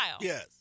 Yes